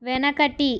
వెనకటి